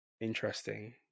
interesting